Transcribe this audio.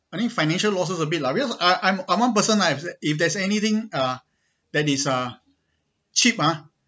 I think financial losses a bit lah because I I'm I'm one person ah if there's anything uh that is uh cheap ah